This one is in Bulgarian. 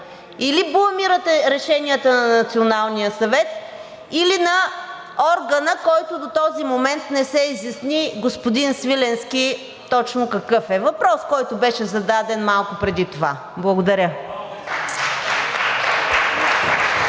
или бламирате решенията на Националния съвет, или на органа, който до този момент не се изясни, господин Свиленски, точно какъв е – въпрос, който беше зададен малко преди това. Благодаря.